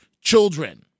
children